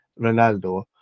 Ronaldo